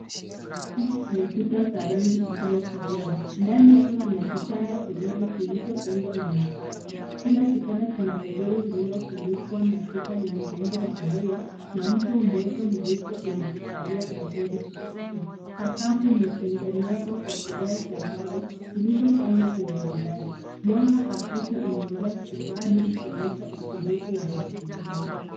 Nyumba zenye kuta za rangi isiyokolea. Ndani yake kuna vitanda viwili vilivyotengwa na nafasi. Kila kitanda kina godoro lililofunikwa na shuka lenye muundo wa maua, na mto mmoja mweupe umejikalia vizuri kichwani. Sakafu imetengenezwa kwa vigae vya mbao vilivyopangwa kwa umaridadi. Mwanga hafifu unaingia chumbani ukionyesha utulivu wa mazingira.